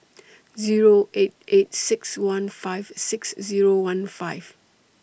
Zero eight eight six one five six Zero one five